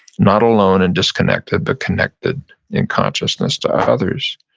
not alone and disconnected but connected in consciousness to others.